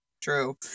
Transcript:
true